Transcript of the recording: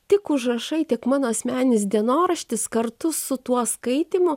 tik užrašai tiek mano asmeninis dienoraštis kartu su tuo skaitymu